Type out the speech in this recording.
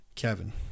Kevin